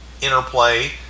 interplay